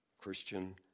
Christian